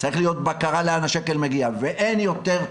צריכה להיות בקרה לאן מגיע השקל.